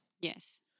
Yes